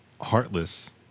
heartless